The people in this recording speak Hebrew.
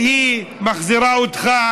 כי היא מחזירה אותך